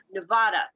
Nevada